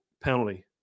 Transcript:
Penalty